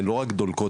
הן לא רק דולקות,